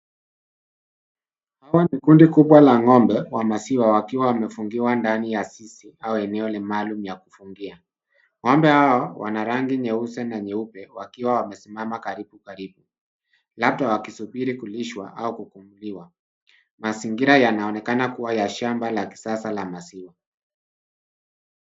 Hawa ni kundi kubwa la ng'ombe wa maziwa wakiwa wamefungiwa ndani ya zizi au eneo maalum ya kufungia. Ng'ombe hao wana rangi nyeusi na nyeupe wakiwa wamesimama karibu karibu, labda wakisubiri kulishwa au kufunguliwa. Mazingira yanaonekana kuwa ya shamba la kisasa la maziwa.